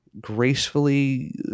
Gracefully